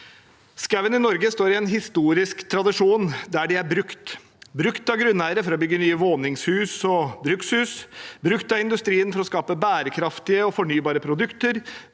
Skogen i Norge står i en historisk tradisjon der den er brukt – brukt av grunneiere for å bygge nye våningshus og brukshus, brukt av industrien for å skape bærekraftige og fornybare produkter,